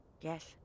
Yes